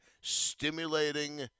stimulating